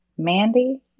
Mandy